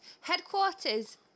Headquarters